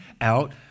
out